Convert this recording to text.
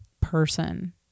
person